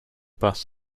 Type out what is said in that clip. bus